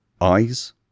eyes